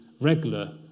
regular